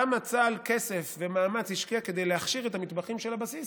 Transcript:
את יודעת כמה כסף ומאמץ השקיע צה"ל כדי להכשיר את המטבחים של הבסיס?